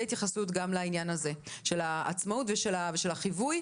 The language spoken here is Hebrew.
התייחסות גם לעניין הזה של העצמאים ושל החיווי,